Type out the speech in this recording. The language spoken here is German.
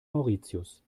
mauritius